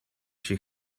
she